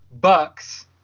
Bucks